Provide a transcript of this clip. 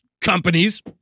Companies